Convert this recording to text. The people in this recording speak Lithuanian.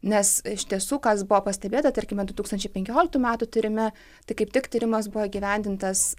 nes iš tiesų kas buvo pastebėta tarkime du tūkstančiai penkioliktų metų tyrime tai kaip tik tyrimas buvo įgyvendintas